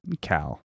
Cal